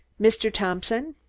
mr. thompson?